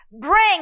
bring